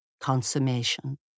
consummation